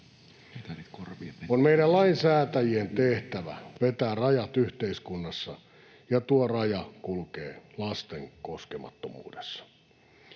On meidän lainsäätäjien tehtävä vetää rajat yhteiskunnassa, ja tuo raja kulkee lasten koskemattomuudessa.